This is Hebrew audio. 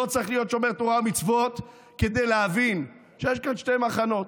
לא צריך להיות שומר תורה ומצוות כדי להבין שיש כאן שני מחנות: